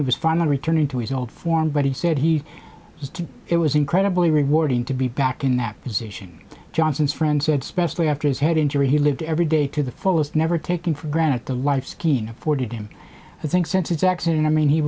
was fun returning to his old form but he said he used to it was incredibly rewarding to be back in that position johnson's friend said specially after his head injury he lived every day to the fullest never taking for granted the life skiing afforded him i think since its accident i mean he